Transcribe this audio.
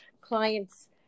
clients